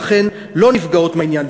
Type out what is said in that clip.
ולכן לא נפגעות מהעניין.